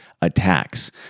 attacks